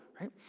right